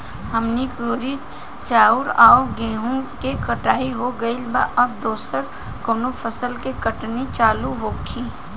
हमनी कियोर चाउर आ गेहूँ के कटाई हो गइल बा अब दोसर कउनो फसल के कटनी चालू होखि